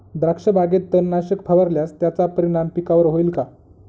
द्राक्षबागेत तणनाशक फवारल्यास त्याचा परिणाम पिकावर होईल का?